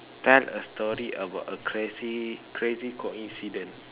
tell a story about a crazy crazy coincidence